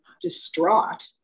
distraught